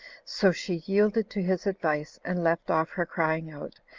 so she yielded to his advice, and left off her crying out,